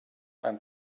and